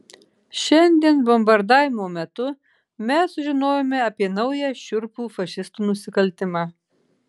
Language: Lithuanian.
šiandien bombardavimo metu mes sužinojome apie naują šiurpų fašistų nusikaltimą